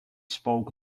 spoke